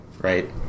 Right